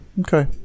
okay